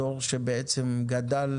הדור שבעצם גדל